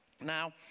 Now